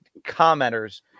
commenters